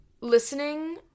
listening